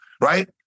right